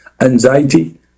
anxiety